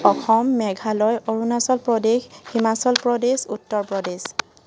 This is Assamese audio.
অসম মেঘালয় অৰুণাচল প্ৰদেশ হিমাচল প্ৰদেশ উত্তৰ প্ৰদেশ